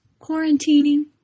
quarantining